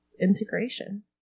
integration